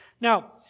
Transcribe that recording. Now